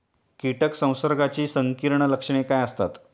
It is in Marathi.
कीटक संसर्गाची संकीर्ण लक्षणे काय असतात?